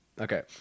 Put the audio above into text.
Okay